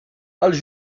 els